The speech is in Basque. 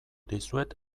dizuet